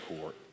court